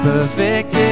Perfect